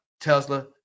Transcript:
tesla